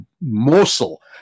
morsel